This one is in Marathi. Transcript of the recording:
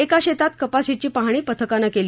एका शेतात कपासीची पाहणी पथकाने केली